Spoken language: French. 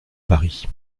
paris